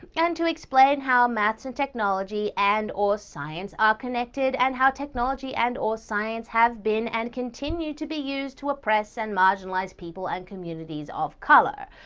and explain how math and technology and or science are connected and how technology and or science have been and continues to be used to oppress and marginalize people and communities of color.